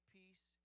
peace